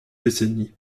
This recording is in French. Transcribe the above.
décennies